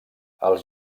els